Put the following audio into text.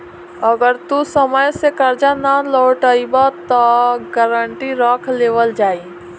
अगर तू समय से कर्जा ना लौटइबऽ त गारंटी रख लेवल जाई